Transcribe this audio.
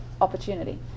opportunity